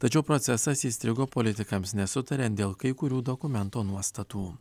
tačiau procesas įstrigo politikams nesutariant dėl kai kurių dokumento nuostatų